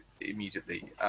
immediately